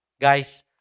Guys